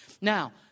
Now